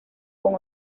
con